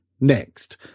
next